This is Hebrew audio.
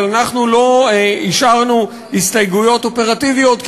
אבל אנחנו לא השארנו הסתייגויות אופרטיביות,